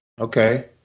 Okay